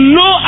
no